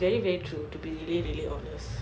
that's ya that is very very true to be really really honest